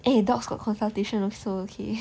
eh dogs got consultation also okay